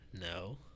No